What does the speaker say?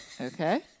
Okay